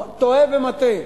טועה ומטעה.